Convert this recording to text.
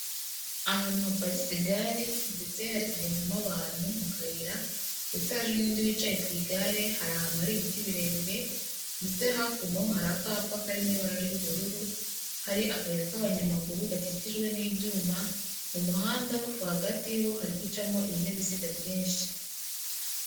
Ahantu haparitse gare, ndetse hari kugendamo abantu mu kayira, ndetse haje n'undi wicaye ku igare, hari ahantu hari ibiti birebire, ndetse hakuno hari akapa karirimo ibara ry'ubururu, hari akayira k'abanyamaguru gakikijwe n'ibyuma, mu muhanda rwagati ho hari gucamo ibinyabiziga byinshi.